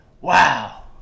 Wow